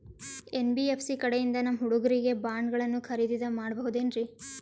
NBFC ಕಡೆಯಿಂದ ನಮ್ಮ ಹುಡುಗರಿಗೆ ಬಾಂಡ್ ಗಳನ್ನು ಖರೀದಿದ ಮಾಡಬಹುದೇನ್ರಿ?